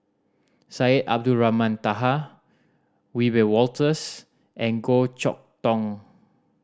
Syed Abdulrahman Taha Wiebe Wolters and Goh Chok Tong